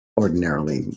ordinarily